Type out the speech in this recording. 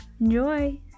Enjoy